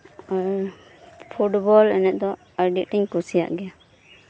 ᱦᱮᱸ ᱯᱷᱩᱴᱵᱚᱞ ᱮᱱᱮᱡ ᱫᱚ ᱟᱹᱰᱤ ᱟᱸᱴᱤᱧ ᱠᱩᱥᱤᱭᱟᱜ ᱜᱮᱭᱟ